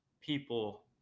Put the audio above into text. people